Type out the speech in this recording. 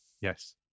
yes